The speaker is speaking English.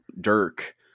Dirk